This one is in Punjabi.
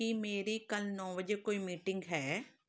ਕੀ ਮੇਰੀ ਕੱਲ੍ਹ ਨੌਂ ਵਜੇ ਕੋਈ ਮੀਟਿੰਗ ਹੈ